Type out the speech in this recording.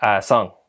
song